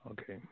Okay